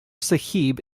sahib